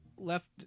left